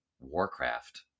Warcraft